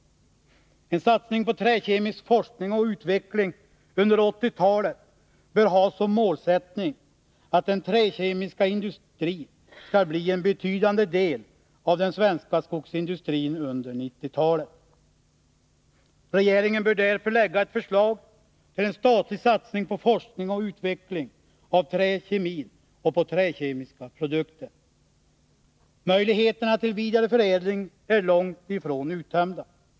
En satsning på träkemisk forskning och utveckling under 1980-talet bör ha som målsättning att den träkemiska industrin skall bli en betydande del av den svenska skogsindustrin under 1990-talet. Regeringen bör därför lägga fram ett förslag till en statlig satsning på forskning och utveckling inom träkemi och i fråga om träkemiska produkter. Möjligheterna till vidareförädling är långt ifrån uttömda.